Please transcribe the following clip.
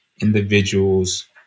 individuals